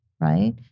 right